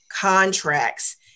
contracts